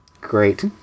Great